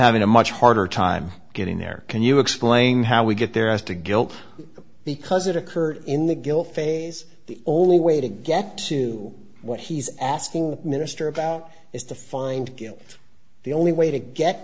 having a much harder time getting there can you explain how we get there as to guilt because it occurred in the guilt phase the only way to get to what he's asking the minister about is to find the only way to get